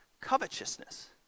covetousness